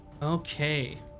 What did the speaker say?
Okay